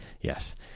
yes